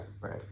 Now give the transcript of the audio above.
right